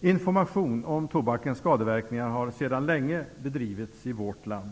Information om tobakens skadeverkningar har sedan länge bedrivits i vårt land.